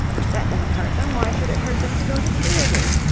if that doesn't hurt them why should it hurt them to go to theatres?